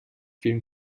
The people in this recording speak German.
vielen